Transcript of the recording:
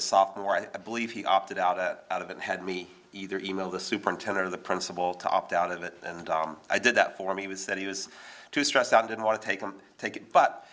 a sophomore i believe he opted out of out of it had me either email the superintendent of the principal to opt out of it and i did that for me was that he was too stressed out or didn't want to take them take it but